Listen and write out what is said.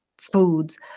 foods